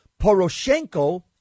Poroshenko